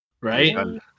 Right